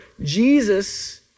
Jesus